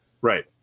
Right